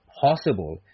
possible